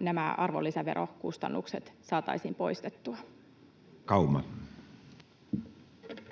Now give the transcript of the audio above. nämä arvonlisäverokustannukset saataisiin poistettua. Edustaja